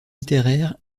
littéraires